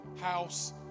House